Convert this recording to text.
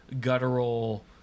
guttural